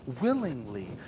willingly